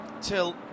Till